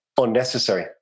unnecessary